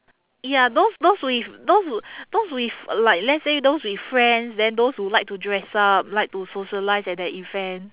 ya those those with those w~ those with like let's say those with friends then those who like to dress up like to socialise at the event